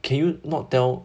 can you not tell